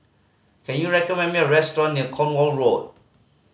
can you recommend me a restaurant near Cornwall Road